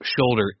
shoulder